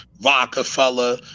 Rockefeller